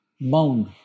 bound